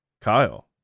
Kyle